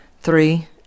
three